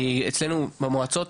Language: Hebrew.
אצלנו במועצות,